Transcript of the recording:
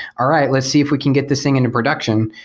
all right. let's see if we can get this thing into production,